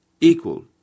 equal